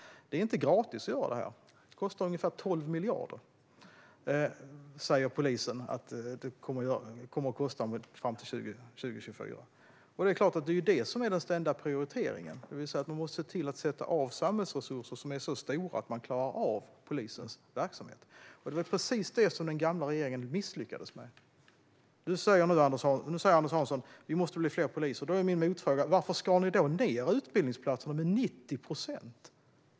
Det är inte gratis att göra det här. Det kostar ungefär 12 miljarder fram till 2024, enligt polisen. Det är klart att det är det som är den ständiga prioriteringen, det vill säga man måste se till att sätta av samhällsresurser som är så stora att man klarar av polisens verksamhet. Det var precis det som den gamla regeringen misslyckades med. Nu säger Anders Hansson att det måste bli fler poliser. Då är min motfråga: Varför skar ni då ned på antalet utbildningsplatser med 90 procent?